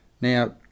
Now